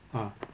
ah